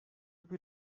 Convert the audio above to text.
bir